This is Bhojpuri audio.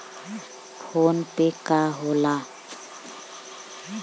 फोनपे का होला?